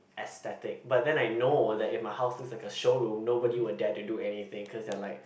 aesthetic but then I know that if my house look like a showroom nobody will dare to do anything cause they are like